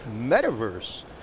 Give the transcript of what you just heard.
Metaverse